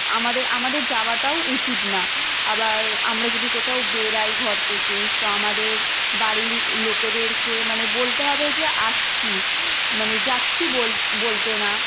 আমাদের আমাদের যাওয়াটাও উচিত না আবার আমরা যদি কোথাও বেরোই ঘর থেকে তো আমাদের বাড়ির লোকেদেরকে মানে বলতে হবে যে আসছি মানে যাচ্ছি বল বলতে না